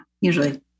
usually